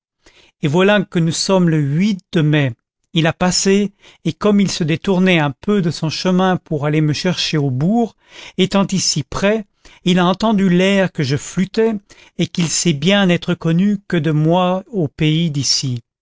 et voilà que nous sommes le huit de mai il a passé et comme il se détournait un peu de son chemin pour aller me chercher au bourg étant ici près il a entendu l'air que je flûtais et qu'il sait bien n'être connu que de moi au pays d'ici